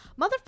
motherfucker